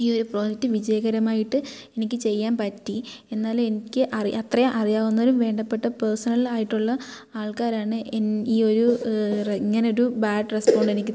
ഈ ഒരു പ്രോജക്റ്റ് വിജയകരമായിട്ട് എനിക്ക് ചെയ്യാൻ പറ്റി എന്നാൽ എനിക്ക് അറി അത്രയും അറിയാവുന്നവരും വേണ്ടപ്പെട്ട പേർസണലായിട്ടുള്ള ആൾക്കാരാണ് എൻ ഈ ഒരു ഇങ്ങനെ ഒരു ബാഡ് റെസ്പോണ്ട് എനിക്ക്